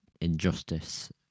injustice